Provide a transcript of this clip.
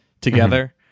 together